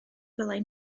ddylai